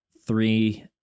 three